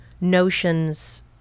notions